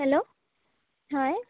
hello হয়